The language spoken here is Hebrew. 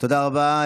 תודה רבה.